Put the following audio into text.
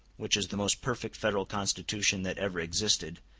which is the most perfect federal constitution that ever existed,